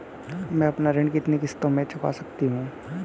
मैं अपना ऋण कितनी किश्तों में चुका सकती हूँ?